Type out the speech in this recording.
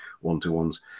one-to-ones